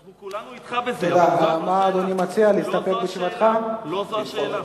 אנחנו כולנו אתך בזה, לא זו השאלה.